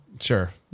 sure